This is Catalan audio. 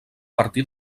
partir